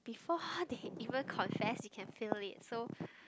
before how did he even confess you can feel it so